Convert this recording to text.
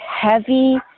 heavy